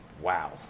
wow